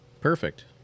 Perfect